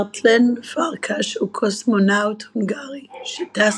ברטלן פרקש הוא קוסמונאוט הונגרי שטס